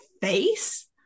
face